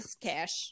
cash